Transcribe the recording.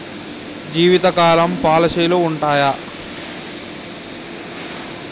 జీవితకాలం పాలసీలు ఉంటయా?